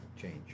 change